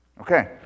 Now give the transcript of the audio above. Okay